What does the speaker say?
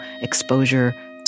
exposure